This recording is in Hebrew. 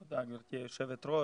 תודה, גברתי היושבת ראש.